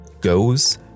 goes